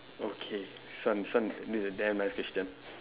okay this one this one this is a damn nice question